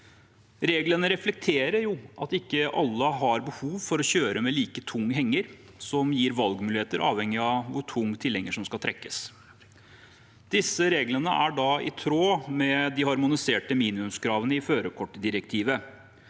Reglene reflekterer at ikke alle har behov for å kjøre med like tung henger, noe som gir valgmuligheter avhengig av hvor tung tilhenger som skal trekkes. Disse reglene er i tråd med de harmoniserte minimumskravene i førerkortdirektivet.